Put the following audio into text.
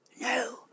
No